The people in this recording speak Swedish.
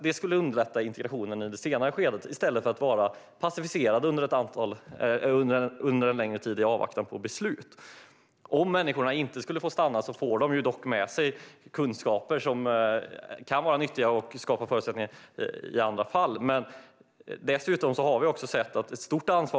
Det skulle underlätta integrationen i det senare skedet, och man slipper vara passiviserad under en längre tid i avvaktan på beslut. Om människorna inte skulle få stanna får de dock med sig kunskaper som kan vara nyttiga och skapa förutsättningar i andra fall.